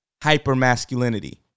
hypermasculinity